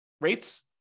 rates